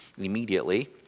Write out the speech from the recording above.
immediately